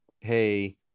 hey